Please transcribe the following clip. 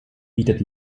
bietet